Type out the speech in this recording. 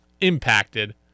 impacted